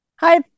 Hi